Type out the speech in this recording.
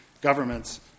governments